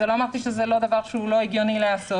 אני לא אמרתי שזה לא דבר שהוא לא הגיוני לעשות.